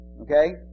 Okay